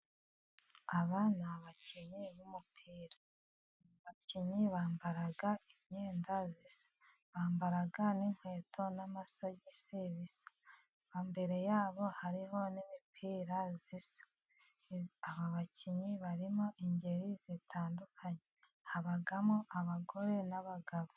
Aba ni abakinnyi b'umupira . Abakinnyi bambara imyenda isa. Bambara n'inkweto n'amasogi bisa. N'imbere yabo, hariho n'imipira isa. Aba bakinnyi barimo ingeri zitandukanye habamo abagore n'abagabo.